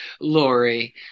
Lori